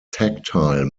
tactile